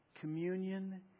Communion